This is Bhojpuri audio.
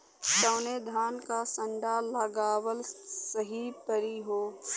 कवने धान क संन्डा लगावल सही परी हो?